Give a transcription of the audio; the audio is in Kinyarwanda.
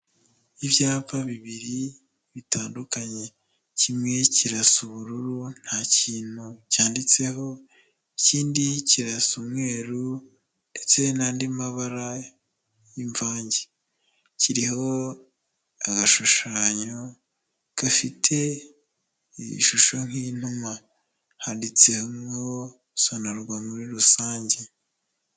Ibyapa bibiri bitandukanye, kimwe kirasa ubururu nta kintu cyanditseho, ikindi kirasa umweru ndetse n'andi mabara y'imvange, kiriho agashushanyo gafite iyi shusho nk'iy'inuma handitseho ''SONARWA muri rusange''.